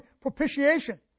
propitiation